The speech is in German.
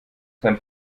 sein